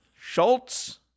Schultz